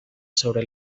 sobre